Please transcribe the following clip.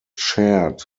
shared